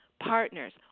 partners